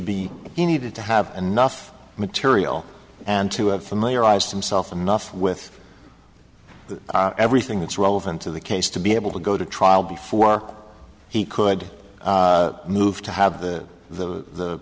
you needed to have enough material and to have familiarized himself enough with everything that's relevant to the case to be able to go to trial before he could move to have the the